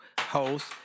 host